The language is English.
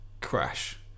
crash